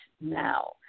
now